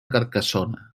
carcassona